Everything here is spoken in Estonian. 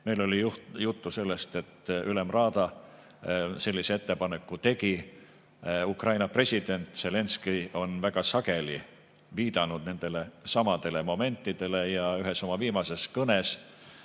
Meil oli juttu sellest, et ülemraada sellise ettepaneku tegi. Ukraina president Zelenskõi on väga sageli viidanud nendelesamadele momentidele. Ühes oma viimases kõnes